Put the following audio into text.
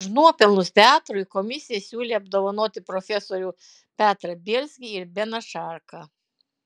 už nuopelnus teatrui komisija siūlė apdovanoti profesorių petrą bielskį ir beną šarką